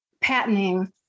patenting